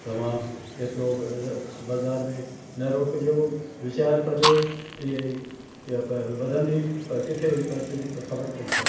तव्हां एतिरो बाज़ारि में न रोकजो विचार कजो इए ई वधंदी पर किथे बि ख़बर कोन पोंदी